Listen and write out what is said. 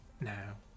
now